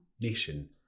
nation